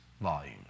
volumes